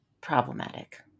problematic